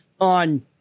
on